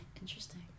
Interesting